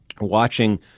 watching